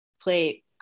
play